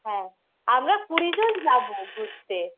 হ্যাঁ আমরা কুড়িজন যাবো ঘুরতে